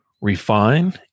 refine